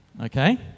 Okay